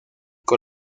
con